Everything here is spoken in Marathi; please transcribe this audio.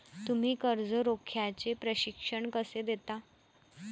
तुम्ही कर्ज रोख्याचे प्रशिक्षण कसे देता?